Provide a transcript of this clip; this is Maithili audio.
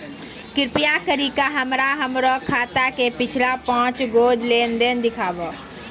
कृपा करि के हमरा हमरो खाता के पिछलका पांच गो लेन देन देखाबो